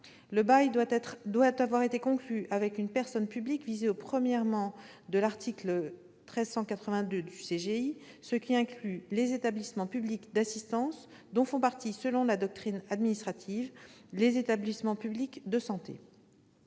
le bail doit avoir été conclu avec une personne publique visée au 1° de l'article 1382 du code général des impôts, ce qui inclut les établissements publics d'assistance dont font partie, selon la doctrine administrative, les établissements publics de santé.